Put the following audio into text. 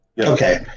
Okay